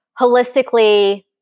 holistically